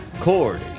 Cord